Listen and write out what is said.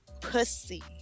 pussy